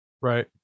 Right